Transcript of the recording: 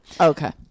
Okay